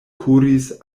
kuris